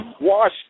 Wash